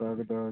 একদম